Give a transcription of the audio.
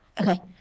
Okay